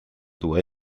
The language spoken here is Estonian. tuua